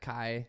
Kai